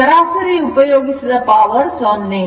ಸರಾಸರಿ ಉಪಯೋಗಿಸಿದ ಪವರ್0